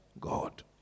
God